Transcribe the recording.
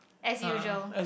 as usual